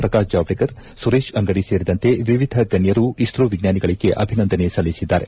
ಕ್ರಕಾಶ್ ಜಾವಡೇಕರ್ಸುರೇಶ್ ಅಂಗಡಿ ಸೇರಿದಂತೆ ವಿವಿಧ ಗಣ್ಕರು ಇಸ್ತೋ ವಿಜ್ಞಾನಿಗಳಿಗೆ ಆಭಿನಂದನೆ ಸಲ್ಲಿಸಿದ್ದಾರೆ